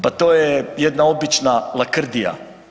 Pa to je jedna obična lakrdija.